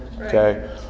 Okay